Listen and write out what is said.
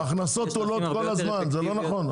לא, ההכנסות עולות כל הזמן, זה לא נכון.